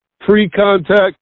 pre-contact